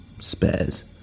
spares